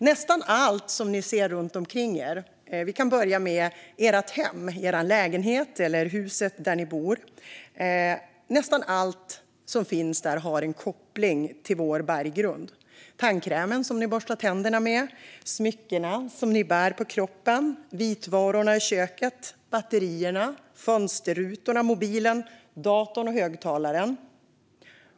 Nästan allt ni ser runt omkring er, till att börja med i ert hem - lägenheten eller huset där ni bor - har en koppling till vår berggrund: tandkrämen som ni borstar tänderna med, smyckena som ni bär på kroppen, vitvarorna i köket, batterierna, fönsterrutorna, mobilen, datorn och högtalaren.